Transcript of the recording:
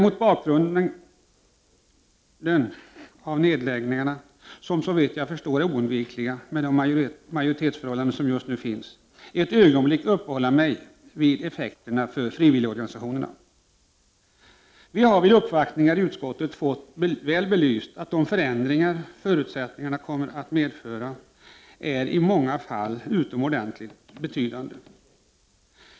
Mot bakrund av nedläggningarna — som såvitt jag förstår är oundvikliga med det majoritetsförhållande som just nu råder — vill jag däremot uppehålla mig ett ögonblick vid effekterna för våra frivilligorganisationer. Vi har vid uppvaktningar i utskottet fått det väl belyst att de förändrade förutsättningarna i många fall blir utomordentligt betydande.